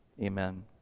Amen